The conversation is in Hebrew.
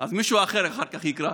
אז מישהו אחר אחר כך יקרא.